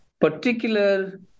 particular